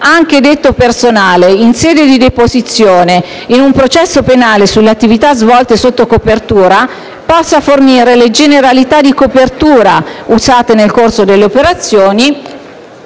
anche detto personale, in sede di deposizione in un processo penale sulle attività svolte sotto copertura, possa fornire le generalità di copertura usate nel corso delle operazioni